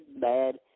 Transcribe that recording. bad